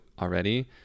already